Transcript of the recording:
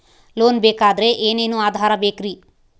Loan ಬೇಕಾದ್ರೆ ಏನೇನು ಆಧಾರ ಬೇಕರಿ?